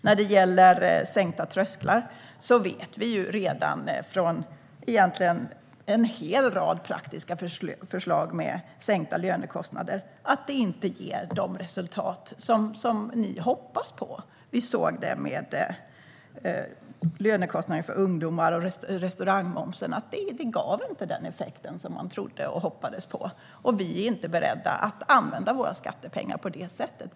När det gäller sänkta trösklar vet vi redan från en hel rad praktiska försök med sänkta lönekostnader att det inte ger de resultat ni hoppas på. Vi såg det med lönekostnaden för ungdomar och med restaurangmomsen - det gav inte den effekt som man hoppades på, och vi är inte beredda att använda våra skattepengar på det sättet.